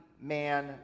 man